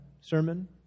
sermon